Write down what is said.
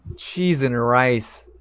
cheese and rice.